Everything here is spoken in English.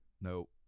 No